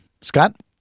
Scott